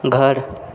घर